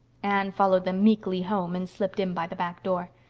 anne followed them meekly home and slipped in by the back door.